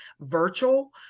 virtual